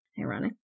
Ironic